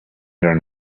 learn